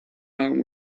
down